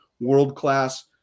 world-class